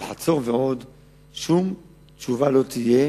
אבל שום תשובה לא תהיה